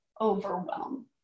overwhelm